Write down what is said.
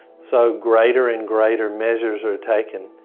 so greater and greater measures are taken.